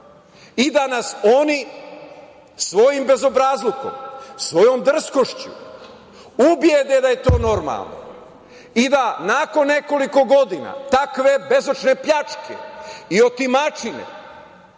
i da nas oni svojim bezobrazlukom, svojom drskošću ubede da je to normalno. I da nakon nekoliko godina takve bezočne pljačke i otimačine,